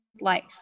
life